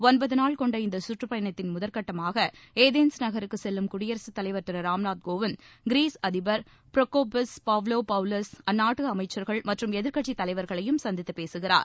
ஒன்பது நாள் கொண்ட இந்த சுற்றுப் பயணத்தின் முதற்கட்டமாக ஏதன்ஸ் நகருக்கு செல்லும் குடியரசு தலைவர் திரு ராம்நாத் கோவிந்த் கிரீஸ் அதிபர் பிரோகோபிஸ் பவ்லோபவுலஸ் அந்நாட்டு அமைச்சர்கள் மற்றும் எதிர்கட்சி தலைவர்களையும் சந்தித்து பேசுகிறார்